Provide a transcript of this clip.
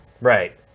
Right